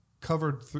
covered